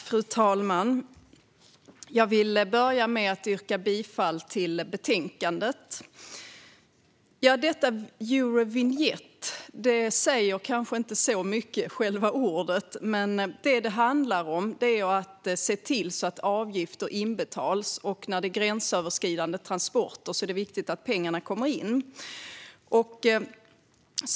Fru talman! Jag vill börja med att yrka bifall till förslaget i betänkandet. Själva ordet Eurovinjett säger inte så mycket, men det handlar om att se till att avgifter inbetalas. När det är fråga om gränsöverskridande transporter är det viktigt att pengarna kommer in.